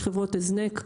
יש חברות הזנק.